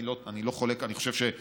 אני חלוק על זה,